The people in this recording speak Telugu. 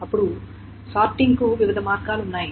అప్పుడు సార్టింగ్ కు వివిధ మార్గాలు ఉన్నాయి